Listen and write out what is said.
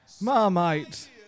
Marmite